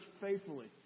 faithfully